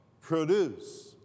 produce